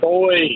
Boy